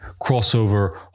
crossover